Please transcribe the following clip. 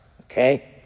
Okay